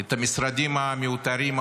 את המשרדים המיותרים,